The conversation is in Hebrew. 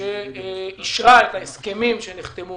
שאישרה את ההסכמים שנחתמו